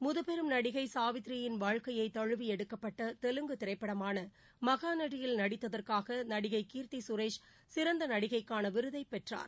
முதுபெரும் நடிகை சாவித்திரியின் வாழ்க்கையை தழுவி எடுக்கப்பட்ட தெலுங்கு திரைப்படமான மகநடியில் நடித்ததற்காக நடிகை கீர்த்தி சுரேஷ் சிறந்த நடிகைக்கான விருதைப் பெற்றார்